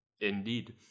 indeed